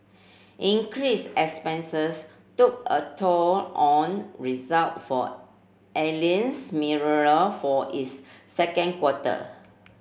increased expenses took a toll on result for Alliance Mineral for its second quarter